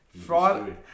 Friday